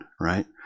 right